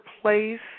place